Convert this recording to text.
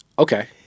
Okay